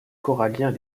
coralliens